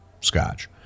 Scotch